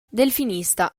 delfinista